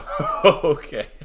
Okay